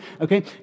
Okay